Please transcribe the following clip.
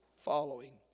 following